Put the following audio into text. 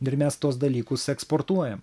ir mes tuos dalykus eksportuojam